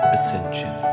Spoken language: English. Ascension